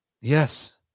yes